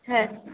हा